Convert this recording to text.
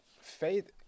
faith